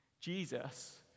Jesus